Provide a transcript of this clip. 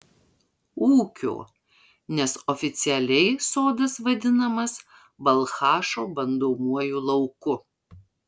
ūkio nes oficialiai sodas vadinamas balchašo bandomuoju lauku